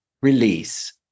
release